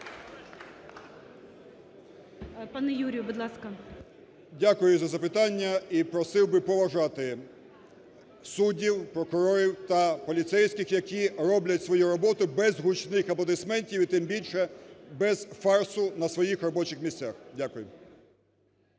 Дякую за запитання. І просив би поважати суддів, прокурорів та поліцейських, які роблять свою роботу без гучних аплодисментів, і тим більше, без фарсу на своїх робочих місцях. Дякую.